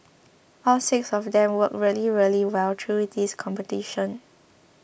all six of them worked really really well through this competition